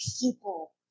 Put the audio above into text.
people